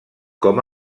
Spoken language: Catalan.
com